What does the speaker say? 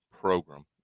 program